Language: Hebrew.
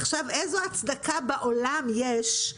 איזו הצדקה בעולם יש,